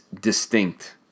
distinct